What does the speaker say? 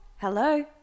Hello